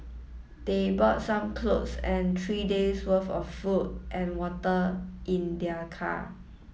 they brought some clothes and three days'worth of food and water in their car